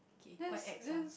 this this